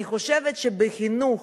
אני חושבת שבחינוך,